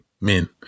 men